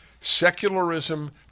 secularism